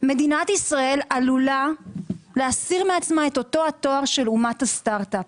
מדינת ישראל עלולה להסיר מעצמה אותו תואר של אומת הסטארט אפ.